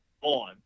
on